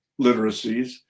literacies